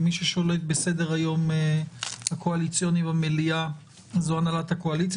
מי ששולט בסדר-היום הקואליציוני במליאה זאת הנהלת הקואליציה.